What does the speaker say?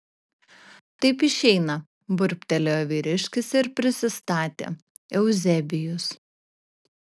taip išeina burbtelėjo vyriškis ir prisistatė euzebijus